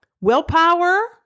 willpower